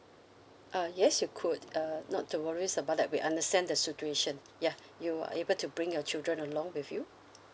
uh yes you could uh not to worries about that we understand the situation ya you are able to bring your children along with you